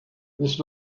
this